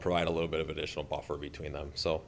provide a little bit of additional buffer between them so